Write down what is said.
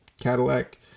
Cadillac